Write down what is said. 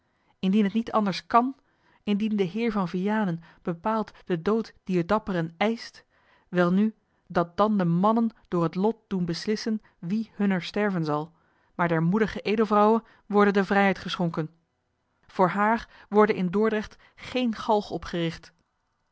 indien het niet anders kan indien de heer van vianen bepaald den dood dier dapperen eischt welnu dat dan de mannen door het lot doen beslissen wie hunner sterven zal maar der moedige edelvrouwe worde de vrijheid geschonken voor haar worde in dordrecht geen galg opgericht